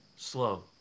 Slow